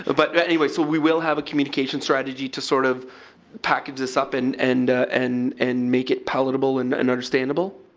ah but but so we will have a communication strategy to sort of package this up and and and and make it palatable and and understandable.